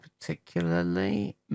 particularly